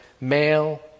male